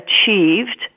achieved